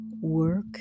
work